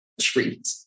treat